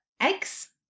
eggs